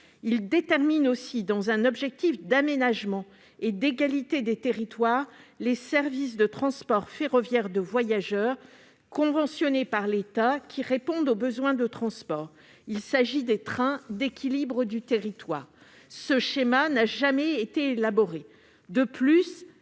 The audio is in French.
détermine aussi, dans un souci d'aménagement et d'égalité des territoires, les services de transport ferroviaire de voyageurs conventionnés par l'État qui répondent aux besoins de transport. Il s'agit des trains d'équilibre du territoire. Or il n'a jamais été élaboré. De plus,